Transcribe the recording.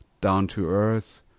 down-to-earth